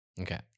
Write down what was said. Okay